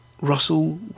Russell